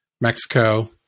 Mexico